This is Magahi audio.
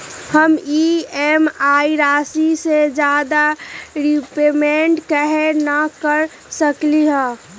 हम ई.एम.आई राशि से ज्यादा रीपेमेंट कहे न कर सकलि ह?